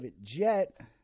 jet